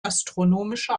astronomische